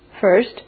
First